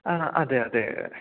ആണ് അതെ അതെ